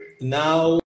Now